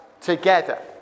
together